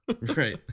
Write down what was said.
Right